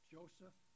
Joseph